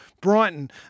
Brighton